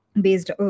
based